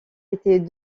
étaient